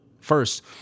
First